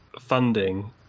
Funding